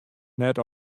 net